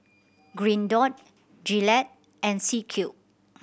Green Dot Gillette and C Cube